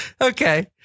Okay